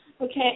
Okay